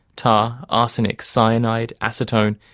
tar, arsenic, cyanide, acetone,